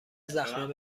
زخم